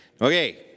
Okay